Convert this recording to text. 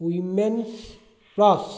women's plus